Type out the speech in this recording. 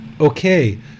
Okay